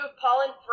pollen